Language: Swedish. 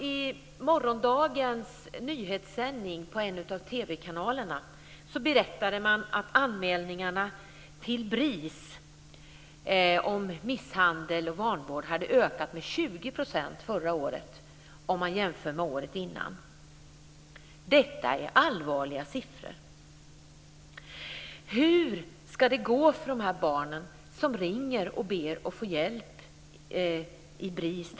I morgonens nyhetssändning på en av 20 % förra året jämfört med året innan. Detta är allvarliga siffror. Hur ska det gå för de barn som ringer till BRIS och ber om att få hjälp?